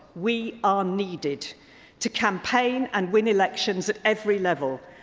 we are needed to campaign and win elections at every level,